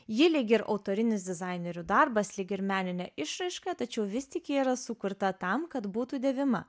ji lyg ir autorinis dizainerių darbas lyg ir meninė išraiška tačiau vis tik ji yra sukurta tam kad būtų dėvima